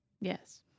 Yes